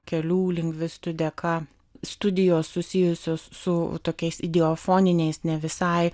kelių lingvistų dėka studijos susijusios su tokiais ideofoniniais ne visai